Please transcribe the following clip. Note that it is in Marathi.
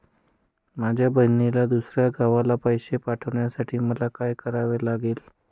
माझ्या बहिणीला दुसऱ्या गावाला पैसे पाठवण्यासाठी मला काय करावे लागेल?